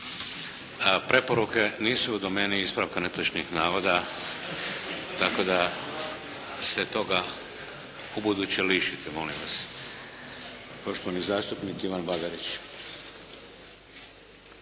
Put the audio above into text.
Preporuke nisu u domeni ispravka netočnih navoda tako da se toga ubuduće lišite molim vas. Poštovani zastupnik Ivan Bagarić.